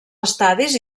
estadis